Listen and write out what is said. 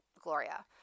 Gloria